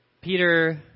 Peter